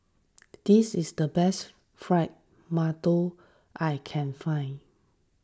this is the best Fried Mantou I can find